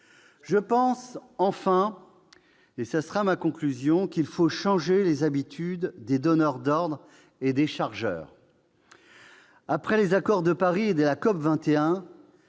Je pense enfin qu'il faut changer les habitudes des donneurs d'ordre et des chargeurs. Après les accords de Paris et de la COP 21,